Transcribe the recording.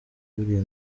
buriya